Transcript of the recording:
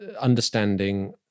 understanding